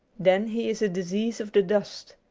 then he is a disease of the dust.